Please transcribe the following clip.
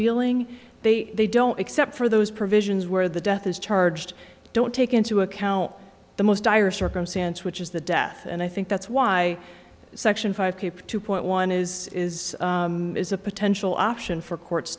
dealing they they don't except for those provisions where the death is charged don't take into account the most dire circumstance which is the death and i think that's why section five keep two point one is is is a potential option for courts